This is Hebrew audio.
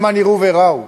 למען יראו וייראו.